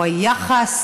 או היחס,